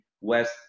West